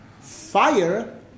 Fire